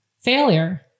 failure